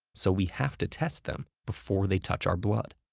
so we have to test them before they touch our blood.